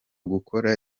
gukora